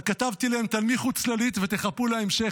כתבתי להם: תנמיכו צללית ותחכו להמשך.